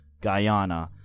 Guyana